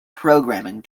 programming